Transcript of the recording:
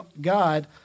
God